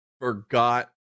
forgot